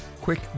quick